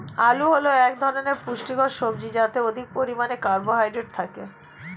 আলু হল এক ধরনের পুষ্টিকর সবজি যাতে অধিক পরিমাণে কার্বোহাইড্রেট থাকে